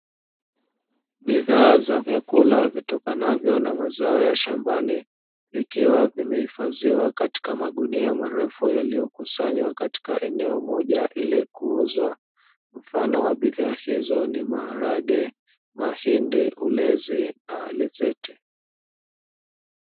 Bidhaa za vyakula vitokanavyo na mazao ya shambani, vikiwa vimehifadhiwa katika magunia marefu yaliyokusanywa katika eneo moja ili kuuzwa, mfano wa bidhaa hizo ni maharage, mahindi, ulezi na alizeti.